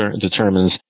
determines